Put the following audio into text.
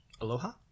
Aloha